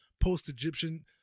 post-Egyptian